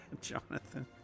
Jonathan